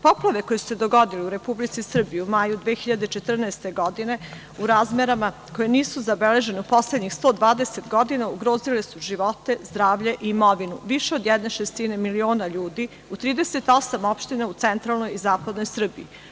Poplave koje su se dogodile u Republici Srbiji u maju 2014. godine, u razmerama koje nisu zabeležene u poslednjih 120 godina, ugrozile su živote, zdravlje i imovinu više od jedne šestine miliona ljudi u 38 opština u centralnoj i zapadnoj Srbiji.